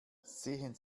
sehen